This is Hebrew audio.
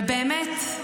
ובאמת,